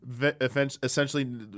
essentially